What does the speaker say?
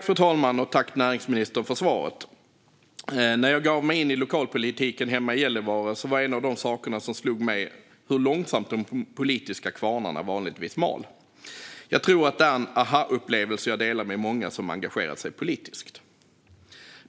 Fru talman! Tack, näringsministern, för svaret! När jag gav mig in i lokalpolitiken hemma i Gällivare var en av de saker som slog mig hur långsamt de politiska kvarnarna vanligtvis mal. Jag tror att det är en aha-upplevelse som jag delar med många som engagerat sig politiskt.